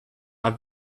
are